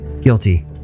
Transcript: Guilty